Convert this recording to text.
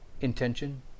intention